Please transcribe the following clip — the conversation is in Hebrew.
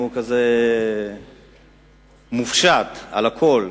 הוא מופשט, על הכול.